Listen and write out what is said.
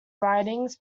writings